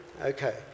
Okay